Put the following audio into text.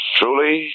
truly